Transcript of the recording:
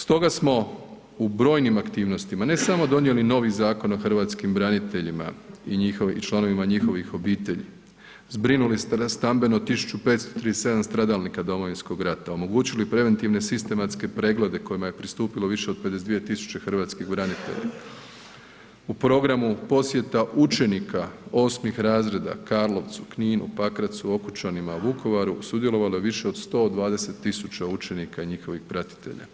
Stoga smo u brojnim aktivnostima, ne samo donijeli novi Zakon o hrvatskim braniteljima i članovima njihovih obitelji, zbrinuli stambeno 1.537 stradalnika Domovinskog rata, omogućili preventivne sistematske preglede kojima je pristupilo više 52.000 hrvatskih branitelja, u programu posjeta učenika osmih razreda Karlovcu, Kninu, Pakracu, Okućanima, Vukovaru sudjelovalo je više od 120.000 učenika i njihovih pratitelja.